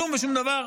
כלום ושום דבר,